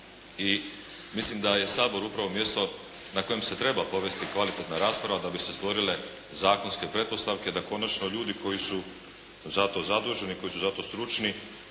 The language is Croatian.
i mislim da je Sabor upravo mjesto na kojem se treba povesti kvalitetna rasprava da bi se stvorile zakonske pretpostavke, da konačno ljudi koji su za to zaduženi, koji su za to stručni